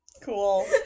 Cool